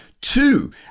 two